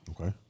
Okay